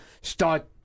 start